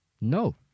No